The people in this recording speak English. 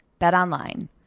BetOnline